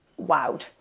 wowed